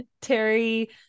Terry